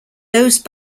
those